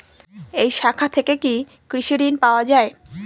এই শাখা থেকে কি কৃষি ঋণ পাওয়া যায়?